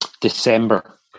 December